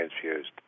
transfused